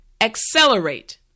accelerate